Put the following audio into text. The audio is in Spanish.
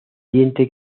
diente